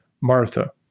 Martha